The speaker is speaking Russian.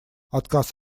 отказ